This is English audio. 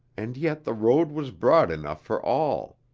and yet the road was broad enough for all.